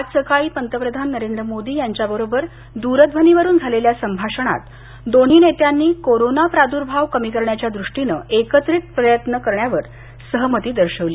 आज सकाळी पंतप्रधान नरेंद्र मोदी यांच्याबरोबर दूरध्वनीवरून केलेल्या संभाषणात दोन्ही नेत्यांनी कोरोना प्रादुर्भाव कमी करण्याच्या दृष्टीनं एकत्रित प्रयत्न करण्यावर सहमती दर्शवली